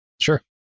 sure